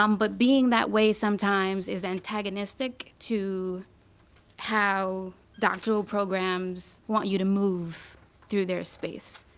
um but being that way sometimes is antagonistic to how doctoral programs want you to move through their space.